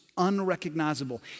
unrecognizable